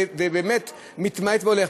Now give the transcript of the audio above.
ובאמת, מתמעט והולך.